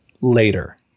later